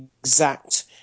exact